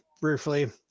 briefly